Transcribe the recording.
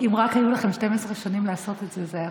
אם רק היו לכם 12 שנים לעשות את זה,